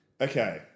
Okay